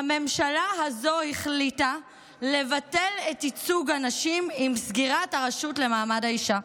הממשלה הזו החליטה לבטל את ייצוג הנשים עם סגירת הרשות למעמד האישה.